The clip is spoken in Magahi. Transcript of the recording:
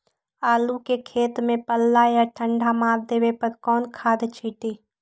आलू के खेत में पल्ला या ठंडा मार देवे पर कौन खाद छींटी?